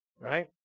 right